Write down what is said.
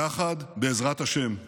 יחד, בעזרת השם,